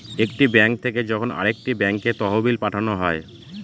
একটি ব্যাঙ্ক থেকে যখন আরেকটি ব্যাঙ্কে তহবিল পাঠানো হয়